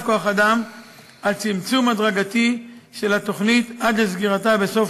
כוח-אדם על צמצום הדרגתי של התוכנית עד לסגירתה בסוף